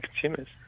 consumers